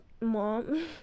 mom